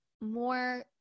more